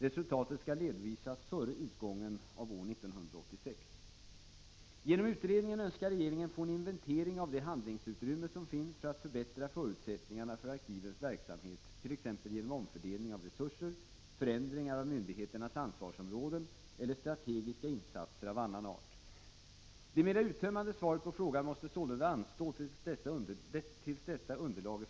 Resultatet skall redovisas före utgången av år 1986. Genom utredningen önskar regeringen få en inventering av det handlingsutrymme som finns för att förbättra förutsättningarna för arkivens verksamhett.ex. genom omfördelning av resurser, förändringar av myndigheternas ansvarsområden eller strategiska insatser av annan art. Det mera uttömmande svaret på frågan måste sålunda anstå tills detta underlag är framtaget.